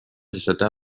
seda